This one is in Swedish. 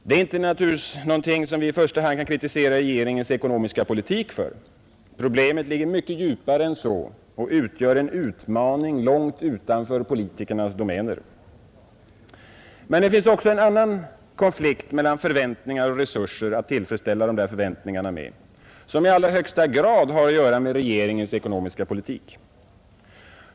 Detta är naturligtvis ingenting som vi i första hand kan kritisera regeringens ekonomiska politik för. Problemet ligger mycket djupare än så och utgör en utmaning långt utanför politikernas domäner. Men det finns också en annan sådan konflikt mellan förväntningar och resurser att tillfredsställa dessa förväntningar med, vilken i allra högsta grad har att göra med regeringens ekonomiska politik.